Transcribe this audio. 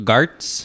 Garts